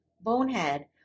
bonehead